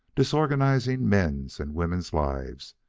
disorganizing men's and women's lives,